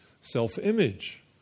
self-image